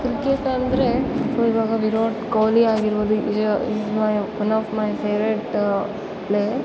cricket ಅಂದರೆ ಇವಾಗ ವಿರಾಟ್ ಕೊಹ್ಲಿ ಆಗಿರ್ಬೌದು yeah is my one of my favourite player